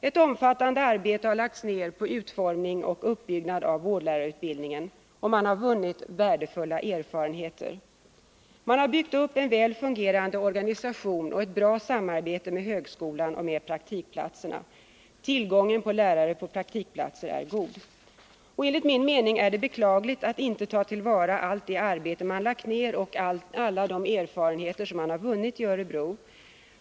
Ett omfattande arbete har lagts ned på utformning och uppbyggnad av vårdlärarutbildningen, och man har vunnit värdefulla erfarenheter. Man har byggt upp en väl fungerande organisation och ett bra samarbete med högskolan och med praktikplatserna. Tillgången på lärare på praktikplatser är god. Enligt min mening innebär det ett slöseri att man inte tar till vara allt det arbete som lagts ned och alla de erfarenheter som vunnits i Örebro.